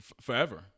Forever